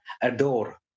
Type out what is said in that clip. Adore